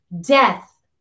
death